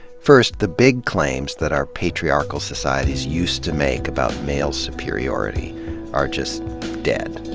first, the big claims that our patriarchal societies used to make about male superiority are just dead.